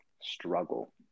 struggle